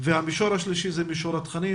והמישור השלישי הוא מישור התכנים,